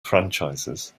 franchises